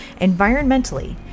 environmentally